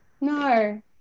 no